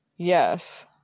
Yes